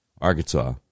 Arkansas